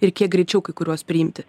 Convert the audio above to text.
ir kiek greičiau kai kuriuos priimti